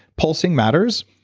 pulsing matters.